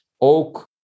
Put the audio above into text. oak